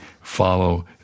follow